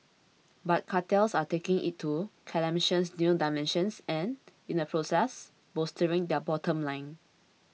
but cartels are taking it to calamitous new dimensions and in the process bolstering their bottom line